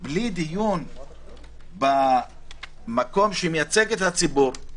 בלי דיון במקום שמייצג את הציבור,